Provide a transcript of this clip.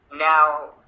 Now